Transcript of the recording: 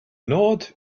nod